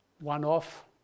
one-off